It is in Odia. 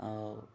ଆଉ